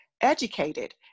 educated